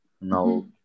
Now